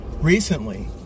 recently